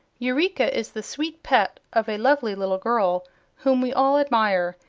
eureka is the sweet pet of a lovely little girl whom we all admire,